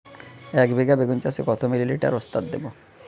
একবিঘা বেগুন চাষে কত মিলি লিটার ওস্তাদ দেবো?